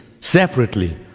separately